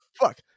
Fuck